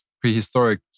prehistoric